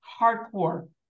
hardcore